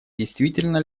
действительно